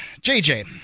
JJ